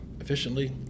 efficiently